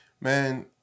Man